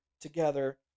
together